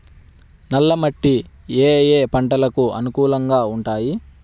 నల్ల మట్టి ఏ ఏ పంటలకు అనుకూలంగా ఉంటాయి?